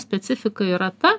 specifika yra ta